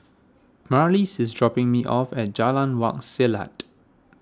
Marlys is dropping me off at Jalan Wak Selat